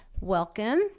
welcome